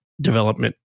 development